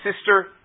sister